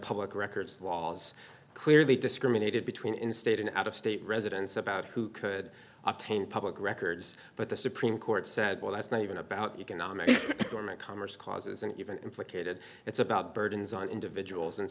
public records laws clearly discriminated between in state and out of state residents about who could obtain public records but the supreme court said well that's not even about economic storm and commerce causes and even implicated it's about burdens on individuals and